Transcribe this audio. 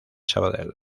sabadell